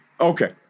Okay